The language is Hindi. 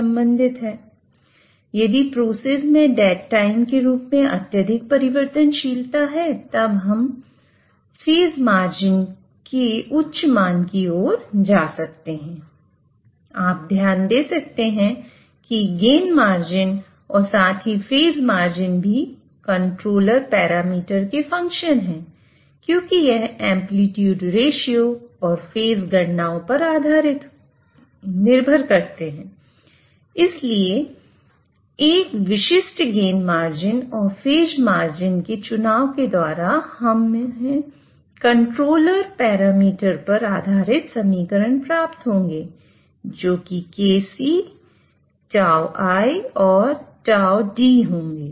तो यह डेड टाइम और फेज मार्जिन के चुनाव द्वारा हमें कंट्रोलर पैरामीटर पर आधारित समीकरण प्राप्त होंगे जोकि Kc τI और τD होंगे